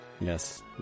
Yes